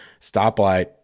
Stoplight